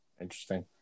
Interesting